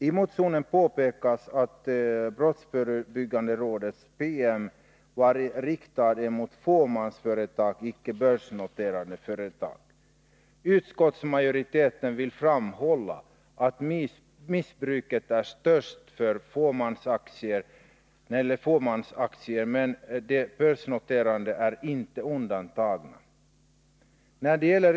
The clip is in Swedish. I motionen påpekas att brottsförebyggande rådets PM var riktad mot fåmansföretag och inte gällde börsnoterade aktier. Utskottsmajoriteten vill framhålla att missbruket är störst beträffande aktier i fåmansbolag men att de börsnoterade inte är undantagna.